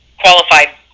qualified